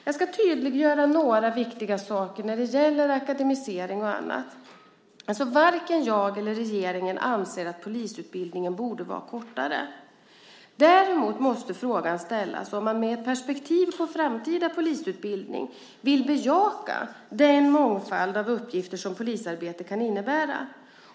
Jag ska tydliggöra några viktiga saker när det gäller akademisering och annat. Varken jag eller regeringen anser att polisutbildningen borde vara kortare. Däremot måste frågan ställas om man med ett perspektiv på framtida polisutbildning vill bejaka den mångfald av uppgifter som polisarbetet kan innebära.